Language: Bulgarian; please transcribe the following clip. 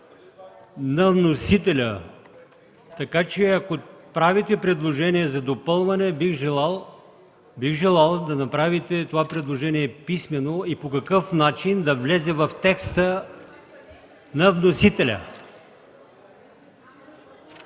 на вносителя. Така че, ако правите предложение за допълване, бих желал да направите това предложение писмено и по какъв начин да влезе в текста на вносителя.